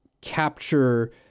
capture